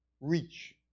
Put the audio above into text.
reach